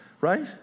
right